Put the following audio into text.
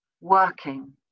working